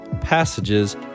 passages